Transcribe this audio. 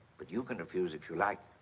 but you can refuse if you like.